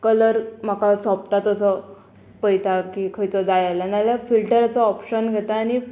colour म्हाका सोबता तसो पळयता की खंयचो जाय आल्या नाल्यार फिल्टराचो ऑप्शन घेता आनी